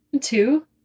Two